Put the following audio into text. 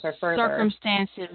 circumstances